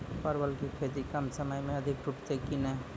परवल की खेती कम समय मे अधिक टूटते की ने?